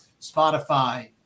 Spotify